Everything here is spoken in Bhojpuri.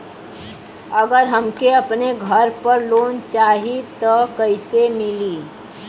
अगर हमके अपने घर पर लोंन चाहीत कईसे मिली?